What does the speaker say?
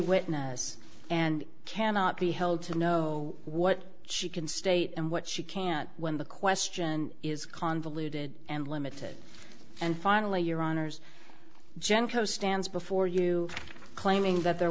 witness and cannot be held to know what she can state and what she can't when the question is convoluted and limited and finally your honour's genco stands before you claiming that there